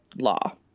law